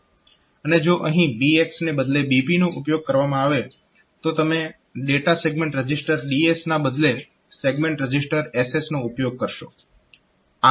અને જો અહીં BX ને બદલે BP નો ઉપયોગ કરવામાં આવે તો તમે ડેટા સેગમેન્ટ રજીસ્ટર DS ના બદલે સેગમેન્ટ રજીસ્ટર SS નો ઉપયોગ કરશો